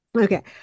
okay